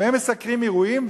והם מסקרים אירועים,